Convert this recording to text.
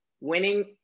winning